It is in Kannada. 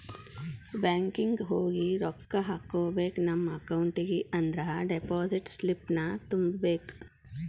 ಬ್ಯಾಂಕಿಂಗ್ ಹೋಗಿ ರೊಕ್ಕ ಹಾಕ್ಕೋಬೇಕ್ ನಮ ಅಕೌಂಟಿಗಿ ಅಂದ್ರ ಡೆಪಾಸಿಟ್ ಸ್ಲಿಪ್ನ ತುಂಬಬೇಕ್